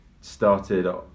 started